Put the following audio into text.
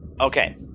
Okay